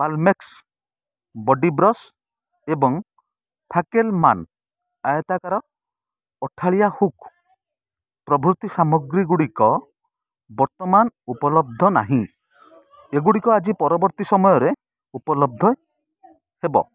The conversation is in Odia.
ପାଲ୍ମେକ୍ସ୍ ବଡ଼ି ବ୍ରଶ୍ ଏବଂ ଫାକେଲମ୍ୟାନ୍ ଆୟତାକାର ଅଠାଳିଆ ହୁକ୍ ପ୍ରଭୃତି ସାମଗ୍ରୀଗୁଡ଼ିକ ବର୍ତ୍ତମାନ୍ ଉପଲବ୍ଧ ନାହିଁ ଏଗୁଡ଼ିକ ଆଜି ପରବର୍ତ୍ତୀ ସମୟରେ ଉପଲବ୍ଧ ହେବ